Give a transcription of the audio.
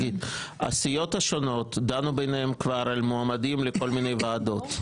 הסיעות השונות דנו ביניהן כבר על מועמדים לכל מיני ועדות,